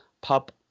pub